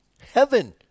heaven